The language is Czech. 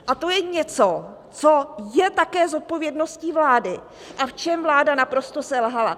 A to je něco, co je také zodpovědností vlády a v čem vláda naprosto selhala.